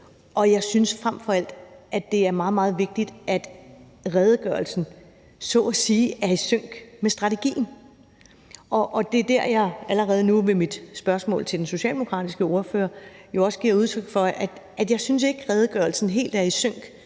og jeg synes frem for alt, at det er meget, meget vigtigt, at redegørelsen så at sige er i sync med strategien. Og det er der, jeg allerede nu med mit spørgsmål til den socialdemokratiske ordfører jo også har givet udtryk for, at jeg ikke synes, at redegørelsen helt er i sync